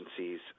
agencies